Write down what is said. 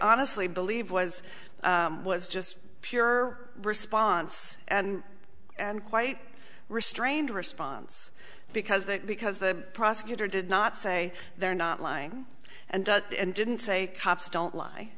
honestly believe was was just pure response and and quite restrained response because that because the prosecutor did not say they're not lying and didn't say cops don't lie